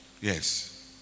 Yes